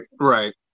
right